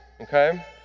okay